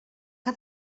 que